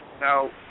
Now